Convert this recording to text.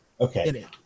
Okay